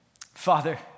Father